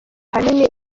ahanini